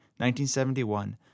1971